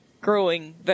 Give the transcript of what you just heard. growing